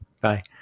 Bye